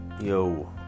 Yo